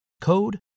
code